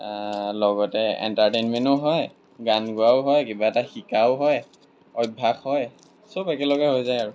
লগতে এণ্টাৰটেইনমেণ্টো হয় গান গোৱাও হয় কিবা এটা শিকাও হয় অভ্যাস হয় সব একেলগে হৈ যায় আৰু